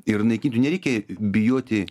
ir naikinti nereikia bijoti